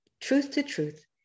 truth-to-truth